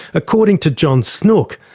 according to john snooke,